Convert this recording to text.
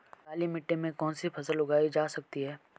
काली मिट्टी में कौनसी फसल उगाई जा सकती है?